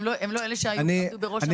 הם לא אלה שעמדו בראש המאבק.